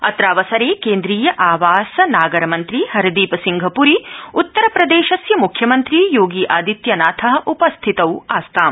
अत्रावसरा क्रेंद्रीय आवासनागरमन्त्री हरदीप सिंह पुरी उत्तर प्रदर्शिय मुख्यमंत्री योगी आदित्यनाथ उपस्थितौ आस्ताम्